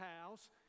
House